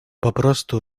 poprostu